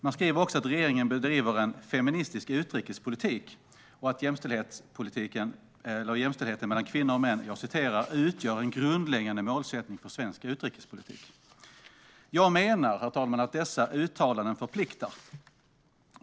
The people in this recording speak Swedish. Man skriver också att regeringen bedriver en feministisk utrikespolitik och att jämställdheten mellan kvinnor och män "utgör en grundläggande målsättning för svensk utrikespolitik". Jag menar, herr talman, att dessa uttalanden förpliktar.